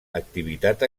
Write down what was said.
activitat